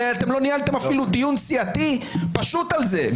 הרי אתם אפילו לא ניהלתם דיון סיעתי פשוט על זה,